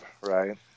right